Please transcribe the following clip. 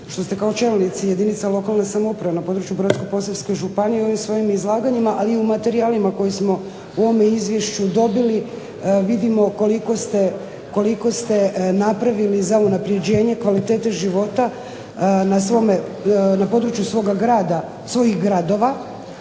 što ste kao čelnici jedinica lokalne samouprave na području Brodsko-posavske županije i u ovim svojim izlaganjima, ali i u materijalima koje smo u ovome izvješću dobili vidimo koliko ste napravili za unapređenje kvalitete života na području svoga grada, svojih gradova,